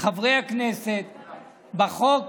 חברי הכנסת בחוק.